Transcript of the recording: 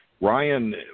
Ryan